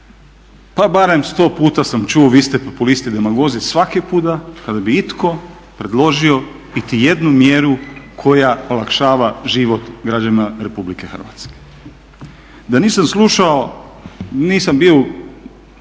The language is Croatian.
pa barem sto puta sam čuo vi ste populisti, demagozi svaki puta kada bi itko predložio iti jednu mjeru koja olakšava život građanima Republike Hrvatske. Da nisam slušao, nisam bio